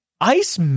Ice